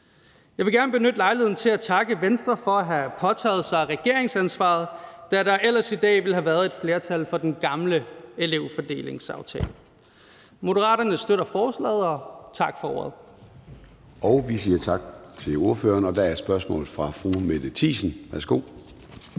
Jeg vil gerne benytte lejligheden til at takke Venstre for at have påtaget sig regeringsansvaret, da der ellers i dag ville have været et flertal for den gamle elevfordelingsaftale. Moderaterne støtter forslaget. Tak for ordet. Kl. 13:31 Formanden (Søren Gade): Vi siger tak til ordføreren, og der er et spørgsmål fra fru Mette Thiesen. Værsgo.